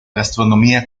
gastronomía